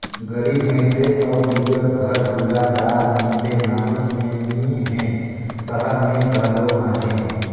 गरीब मइनसे अउ बिगर घर दुरा दार मइनसे गाँवेच में नी हें, सहर में घलो अहें